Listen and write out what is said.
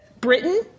Britain